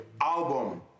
album